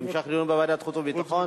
המשך דיון בוועדת חוץ וביטחון?